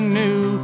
new